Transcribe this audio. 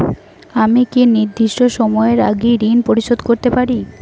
আমি কি নির্দিষ্ট সময়ের আগেই ঋন পরিশোধ করতে পারি?